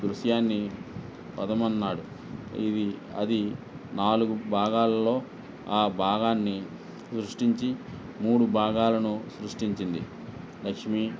దృశ్యాన్ని పదమన్నాడు ఇది అది నాలుగు భాగాల్లో ఆ భాగాన్ని సృష్టించి మూడు భాగాలను సృష్టించింది లక్ష్మీ